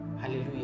Hallelujah